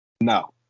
No